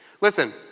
Listen